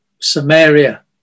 Samaria